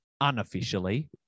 unofficially